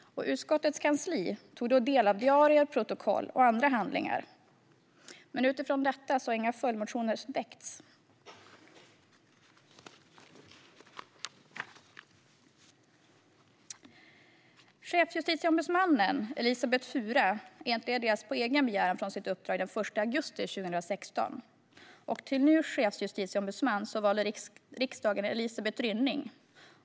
Utskottets kansli tog då del av diarier, protokoll och andra handlingar. Inga följdmotioner har väckts utifrån detta. Chefsjustitieombudsmannen Elisabet Fura entledigades på egen begäran från sitt uppdrag den 1 augusti 2016. Till ny chefsjustitieombudsman valde riksdagen Elisabeth Rynning.